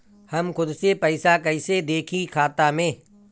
हम खुद से पइसा कईसे देखी खाता में?